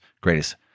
greatest